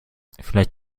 vielleicht